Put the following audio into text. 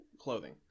clothing